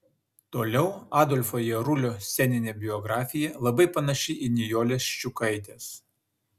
toliau adolfo jarulio sceninė biografija labai panaši į nijolės ščiukaitės